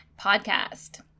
podcast